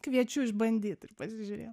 kviečiu išbandyt ir pasižiūrėt